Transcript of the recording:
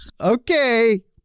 okay